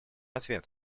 ответ